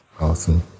awesome